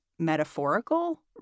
metaphorical